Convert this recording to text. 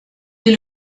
est